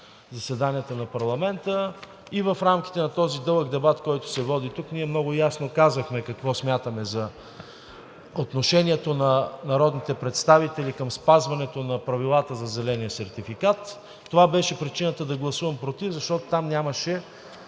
заседанията на парламента. И в рамките на този дълъг дебат, който се води тук, ние много ясно казахме какво смятаме за отношението на народните представители към спазването на правилата за зеления сертификат. Това беше причината да гласувам против, защото там го нямаше